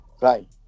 Right